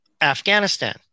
Afghanistan